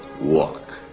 walk